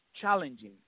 challenging